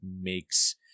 makes